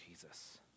Jesus